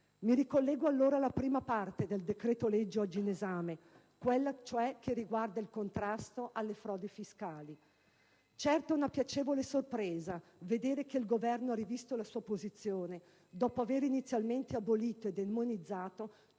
Mi ricollego allora alla prima parte del decreto-legge oggi in esame, quella cioè che riguarda il contrasto alle frodi fiscali. È una piacevole sorpresa notare che il Governo ha rivisto la sua posizione, dopo aver inizialmente abolito e demonizzato